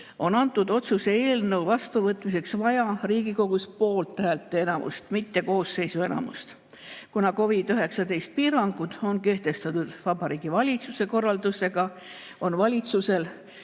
on antud otsuse eelnõu vastuvõtmiseks vaja Riigikogu poolthäälte enamust, mitte koosseisu enamust. Kuna COVID‑19 piirangud on kehtestatud Vabariigi Valitsuse korraldusega, on valitsusel